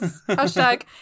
Hashtag